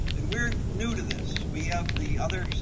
and we're new to this, we have the other.